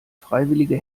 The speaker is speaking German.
freiwillige